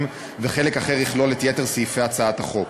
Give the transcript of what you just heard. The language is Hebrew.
וחלק אחר יכלול את יתר סעיפי הצעת החוק.